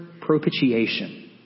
propitiation